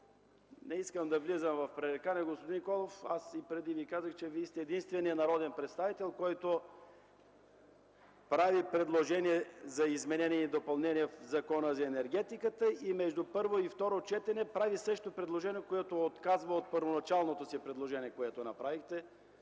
Не искам да влизам в пререкания, господин Николов. Аз и преди Ви казах, че Вие сте единственият народен представител, който прави предложение за изменение и допълнение в Закона за енергетиката и между първо и второ четене прави предложение, с което се отказва от първоначалното си предложение. Това много добре